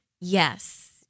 Yes